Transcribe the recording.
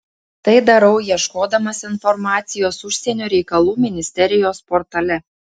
tai darau ieškodamas informacijos užsienio reikalų ministerijos portale